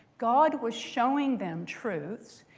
god was showing them truths.